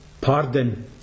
pardon